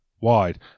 wide